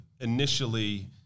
initially